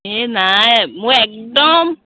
এই নাই মোৰ একদম